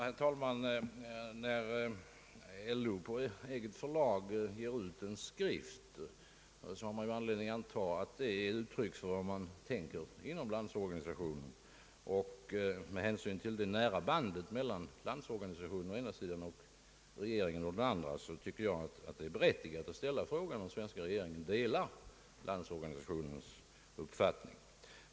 Herr talman! När Landsorganisationen på eget förlag ger ut en skrift finns det anledning att anta att dess innehåll är ett uttryck för vad man tänker inom Landsorganisationen. Med hänsyn till det nära sambandet mellan LO och regeringen är det berättigat att ställa frågan om svenska regeringen delar Landsorganisationens uppfattning.